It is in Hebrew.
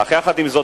אך יחד עם זאת,